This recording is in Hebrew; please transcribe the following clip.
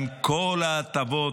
עם כל ההטבות,